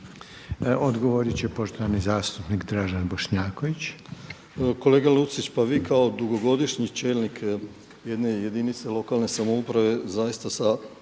Odgovorit će poštovani zastupnik Dražen Bošnjaković. **Bošnjaković, Dražen (HDZ)** Kolega Lucić, pa vi kao dugogodišnji čelnik jedne jedinice lokalne samouprave zaista sa